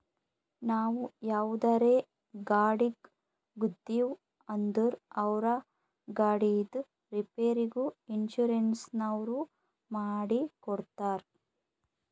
ನಾವು ಯಾವುದರೇ ಗಾಡಿಗ್ ಗುದ್ದಿವ್ ಅಂದುರ್ ಅವ್ರ ಗಾಡಿದ್ ರಿಪೇರಿಗ್ ಇನ್ಸೂರೆನ್ಸನವ್ರು ಮಾಡಿ ಕೊಡ್ತಾರ್